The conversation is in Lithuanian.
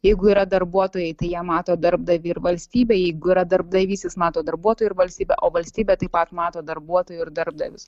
jeigu yra darbuotojai jie mato darbdavį ir valstybę jeigu yra darbdavys jis mato darbuotoją ir valstybę o valstybė taip pat mato darbuotojų ir darbdavius